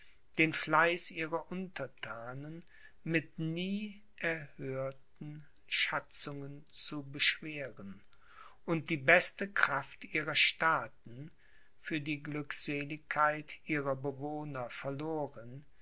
den fleiß ihrer unterthanen mit nie erhörten schatzungen zu beschweren und die beste kraft ihrer staaten für die glückseligkeit ihrer bewohner verloren